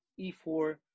e4